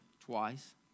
twice